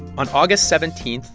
on august seventeen,